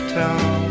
town